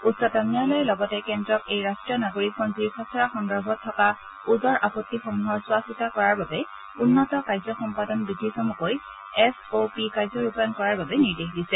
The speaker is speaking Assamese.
উচ্চতম ন্যায়ালয়ে লগতে কেন্দ্ৰক এই ৰাষ্ট্ৰীয় নাগৰিক পঞ্জী খচৰা সন্দৰ্ভত থকা ওজৰ আপণ্ডিসমূহৰ চোৱা চিতা কৰাৰ বাবে উন্নত কাৰ্যসম্পাদন বিধি চমুকৈ এছ অ' পি কাৰ্য্যৰূপায়ণ কৰাৰ বাবে নিৰ্দেশ দিছে